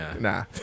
Nah